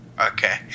Okay